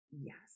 Yes